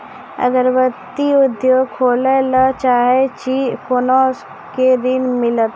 अगरबत्ती उद्योग खोले ला चाहे छी कोना के ऋण मिलत?